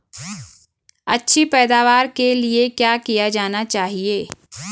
अच्छी पैदावार के लिए क्या किया जाना चाहिए?